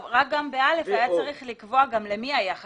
לא יבוטל רישיון אלא לאחר שניתנה לבעל הרישיון